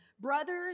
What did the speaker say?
brothers